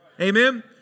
Amen